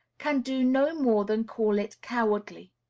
can do no more than call it cowardly.